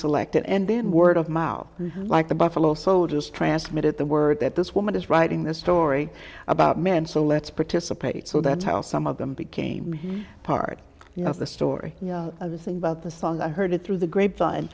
selected and then word of mouth like the buffalo soldiers transmitted the word that this woman is writing this story about men so let's participate so that's how some of them became part of the story of the thing about the song i heard it through the grapevine